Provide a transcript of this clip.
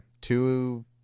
two